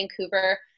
Vancouver